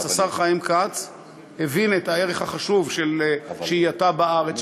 השר חיים כץ הבין את הערך החשוב של שהייתה בארץ,